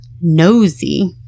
nosy